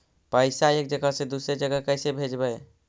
पैसा एक जगह से दुसरे जगह कैसे भेजवय?